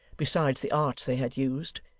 besides the arts they had used,